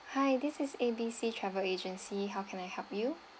hi this is A B C travel agency how can I help you